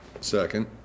Second